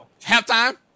Halftime